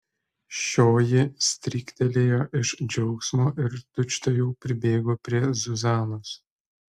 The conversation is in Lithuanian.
šioji stryktelėjo iš džiaugsmo ir tučtuojau pribėgo prie zuzanos